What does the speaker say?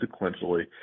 sequentially